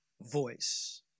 voice